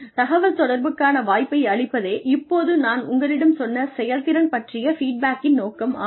தகவல்தொடர்புக்கான வாய்ப்பை அளிப்பதே இப்போது நான் உங்களிடம் சொன்ன செயல்திறன் பற்றிய ஃபீட்பேக்கின் நோக்கம் ஆகும்